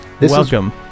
Welcome